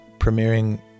premiering